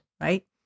right